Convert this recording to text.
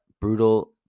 Brutal